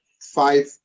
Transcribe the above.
five